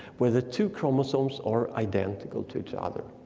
where the two chromosomes are identical to each other.